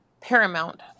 paramount